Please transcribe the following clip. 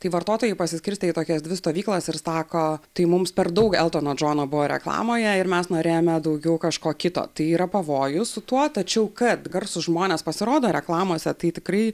tai vartotojai pasiskirstė į tokias dvi stovyklas ir sako tai mums per daug eltono džonoelton john buvo reklamoje ir mes norėjome daugiau kažko kito tai yra pavojus su tuo tačiau kad garsūs žmonės pasirodo reklamose tai tikrai